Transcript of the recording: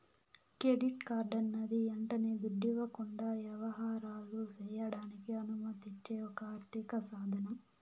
credit కార్డన్నది యంటనే దుడ్డివ్వకుండా యవహారాలు సెయ్యడానికి అనుమతిచ్చే ఒక ఆర్థిక సాదనం